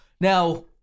Now